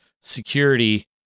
security